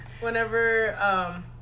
whenever